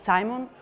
Simon